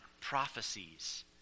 prophecies